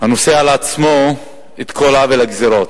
הנושא על עצמו את כל עול הגזירות.